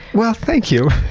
well, thank you.